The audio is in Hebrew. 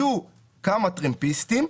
יהיו כמה טרמפיסטים.